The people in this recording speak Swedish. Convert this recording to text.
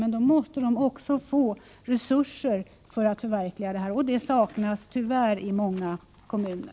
Men då måste de också få resurser för att förverkliga detta, och det saknas tyvärr i många kommuner.